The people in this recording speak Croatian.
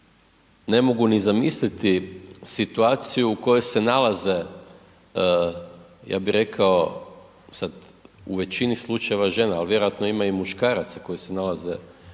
ne mogu ni zamisliti situaciju u kojoj se nalaze, ja bi rekao sad u većini slučajeve žene, ali vjerojatno ima i muškaraca koji se nalaze u takvoj